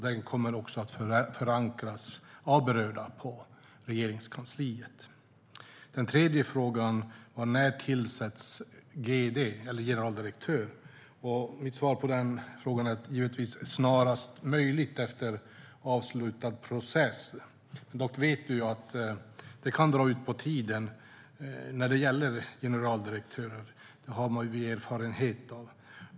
Den kommer också att förankras av berörda på Regeringskansliet. Den tredje frågan gällde när generaldirektören ska tillsättas. Mitt svar på den frågan är givetvis snarast möjligt efter avslutad process. Dock vet vi att rekrytering av generaldirektörer kan dra ut på tiden. Det har vi erfarenhet av.